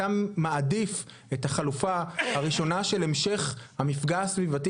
אתה מעדיף את החלופה הראשונה של המשך המפגע הסביבתי